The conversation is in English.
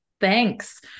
thanks